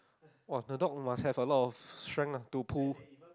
!wah! the dog must have a lots of strength ah to pull